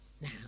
now